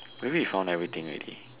maybe we find everything already